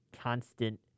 constant